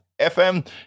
FM